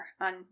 on